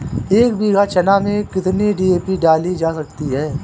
एक बीघा चना में कितनी डी.ए.पी डाली जा सकती है?